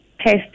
Test